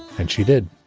and she did